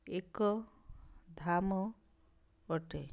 ଏକ ଧାମ ଅଟେ